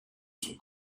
son